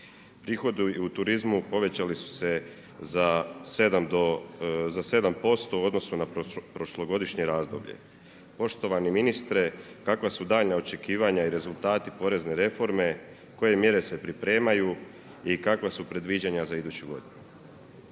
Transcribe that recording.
Prihodi u turizmu, povećali su se za 7% u odnosu na prošlogodišnje razdoblje. Poštovani ministre kakva su daljnja očekivanja i rezultati porezne reforme, koje mjere se pripremaju i kakva su predviđanja za iduću godinu?